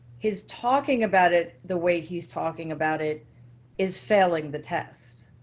his talking about it the way he is talking about it is failing the test.